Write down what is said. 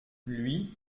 lui